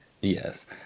yes